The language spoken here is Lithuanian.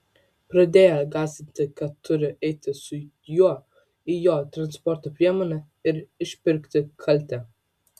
pradėjo gąsdinti kad turiu eiti su juo į jo transporto priemonę ir išpirkti kaltę